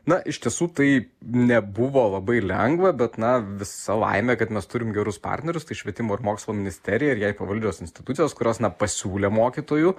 na iš tiesų tai nebuvo labai lengva bet na visa laimė kad mes turim gerus partnerius tai švietimo ir mokslo ministerija ir jai pavaldžios institucijos kurios na pasiūlė mokytojų